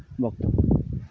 ᱵᱚᱠᱛᱚᱵᱵᱚ